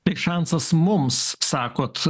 tai šansas mums sakot